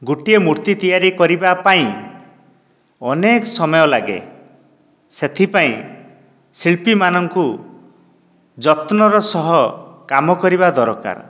ଗୋଟିଏ ମୂର୍ତ୍ତି ତିଆରି କରିବା ପାଇଁ ଅନେକ ସମୟ ଲାଗେ ସେଥିପାଇଁ ଶିଳ୍ପୀ ମାନଙ୍କୁ ଯତ୍ନର ସହ କାମ କରିବା ଦରକାର